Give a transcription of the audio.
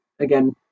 again